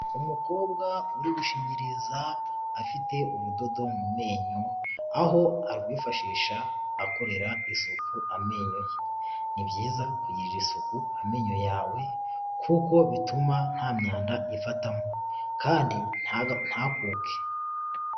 Umukobwa uri gushinyiriza afite urudodo mu menyo, aho arwifashisha akorera ifuku amenyo, ni byiza kugirarira isuku amenyo yawe, kuko bituma nta myanda ifatamo kandi nta ntakuke.